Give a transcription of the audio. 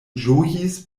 ĝojis